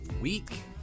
week